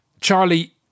Charlie